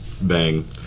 Bang